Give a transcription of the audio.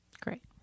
Great